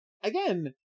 again